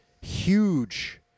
huge